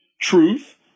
Truth